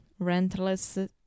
Rentless